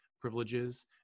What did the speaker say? privileges